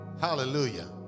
Hallelujah